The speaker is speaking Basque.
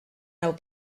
nau